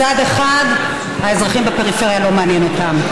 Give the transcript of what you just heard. מצד אחד, האזרחים בפריפריה לא מעניינים אותם.